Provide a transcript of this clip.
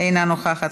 אינה נוכחת,